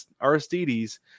Aristides